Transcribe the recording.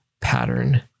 pattern